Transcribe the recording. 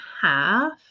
half